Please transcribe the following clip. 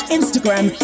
Instagram